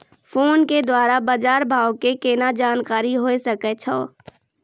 Phone के द्वारा बाज़ार भाव के केना जानकारी होय सकै छौ?